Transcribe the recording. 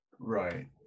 Right